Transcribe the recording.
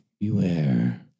beware